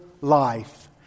life